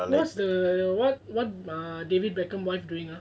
what's the what what ah david beckham wife doing ah